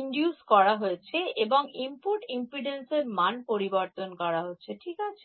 Induce করা হয়েছে এবং ইনপুট ইম্পেদান্স এর মান পরিবর্তন করা হচ্ছে ঠিক আছে